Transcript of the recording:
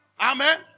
Amen